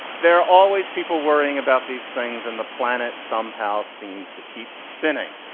there are always people worrying about these things and the planet somehow seems to keep spinning.